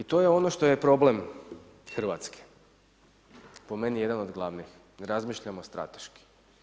I to je ono što je problem Hrvatske po meni jedan od glavnih ne razmišljamo strateški.